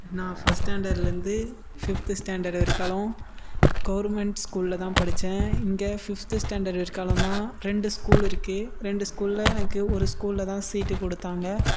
நான் ஃபர்ஸ்ட் ஸ்டாண்டர்டுலேந்து fifth standard வரைக்காலும் கவுர்மெண்ட் ஸ்கூலில் தான் படித்தேன் இங்கே ஃபிஃப்த்து ஸ்டாண்டர்ட் வரைக்காலுந்தான் ரெண்டு ஸ்கூல் இருக்குது ரெண்டு ஸ்கூலில் எனக்கு ஒரு ஸ்கூலில் தான் சீட்டு கொடுத்தாங்க